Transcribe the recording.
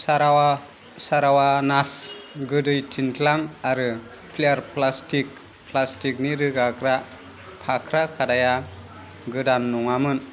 सारावा सारावा नास गोदै थिनख्लां आरो फ्लेयार प्लास्टिक प्लास्टिकनि रोगाग्रा फाख्रा खादाया गोदान नङामोन